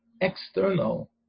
external